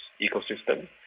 ecosystem